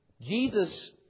Jesus